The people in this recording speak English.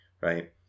right